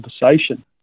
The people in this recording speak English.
conversation